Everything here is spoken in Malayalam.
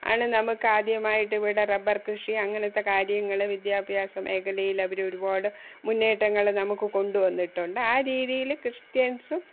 ആണ് നമുക്ക് ആദ്യമായിട്ട് ഇവിടെ റബ്ബർക്കൃഷി അങ്ങനത്തെ കാര്യങ്ങൾ വിദ്യാഭ്യാസ മേഖലയിൽ അവർ ഒരുപാട് മുന്നേറ്റങ്ങളെ നമുക്ക് കൊണ്ടുവന്നിട്ടുണ്ട് ആ രീതിയിൽ ക്രിസ്ത്യൻസും